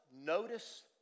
notice